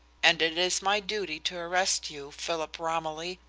and it is my duty to arrest you, philip romilly,